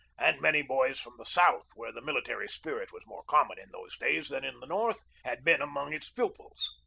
and many boys from the south, where the military spirit was more common in those days than in the north, had been among its pupils.